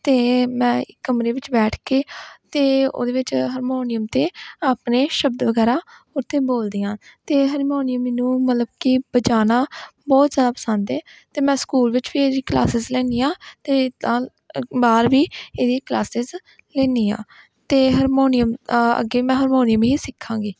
ਅਤੇ ਮੈਂ ਇੱਕ ਕਮਰੇ ਵਿੱਚ ਬੈਠ ਕੇ ਅਤੇ ਉਹਦੇ ਵਿੱਚ ਹਰਮੋਨੀਅਮ 'ਤੇ ਆਪਣੇ ਸ਼ਬਦ ਵਗੈਰਾ ਉੱਥੇ ਬੋਲਦੀ ਹਾਂ ਅਤੇ ਹਰਮੋਨੀਅਮ ਮੈਨੂੰ ਮਤਲਬ ਕਿ ਵਜਾਉਣਾ ਬਹੁਤ ਜ਼ਿਆਦਾ ਪਸੰਦ ਹੈ ਅਤੇ ਮੈਂ ਸਕੂਲ ਵਿੱਚ ਵੀ ਇਹਦੀ ਕਲਾਸਿਸ ਲੈਂਦੀ ਹਾਂ ਅਤੇ ਨਾਲ ਬਾਹਰ ਵੀ ਇਹਦੀ ਕਲਾਸਿਸ ਲੈਂਦੀ ਹਾਂ ਅਤੇ ਹਰਮੋਨੀਅਮ ਅੱਗੇ ਮੈਂ ਹਰਮੋਨੀਅਮ ਹੀ ਸਿੱਖਾਂਗੀ